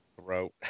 Throat